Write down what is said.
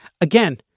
Again